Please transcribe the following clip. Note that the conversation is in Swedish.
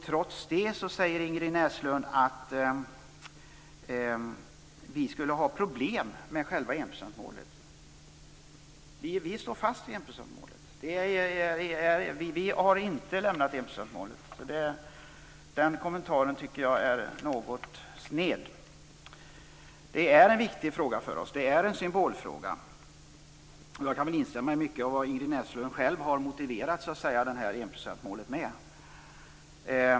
Trots det säger Ingrid Näslund att vi skulle ha problem med själva enprocentsmålet. Vi står fast vid enprocentsmålet. Vi har inte lämnat det. Den kommentaren tycker jag är något sned. Det här är en viktig fråga för oss. Det är en symbolfråga. Jag kan instämma i mycket av vad Ingrid Näslund själv har motiverat enprocentsmålet med.